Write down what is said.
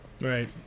Right